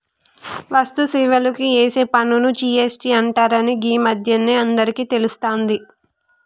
వస్తు సేవలకు ఏసే పన్నుని జి.ఎస్.టి అంటరని గీ మధ్యనే అందరికీ తెలుస్తాంది